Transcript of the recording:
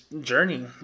journey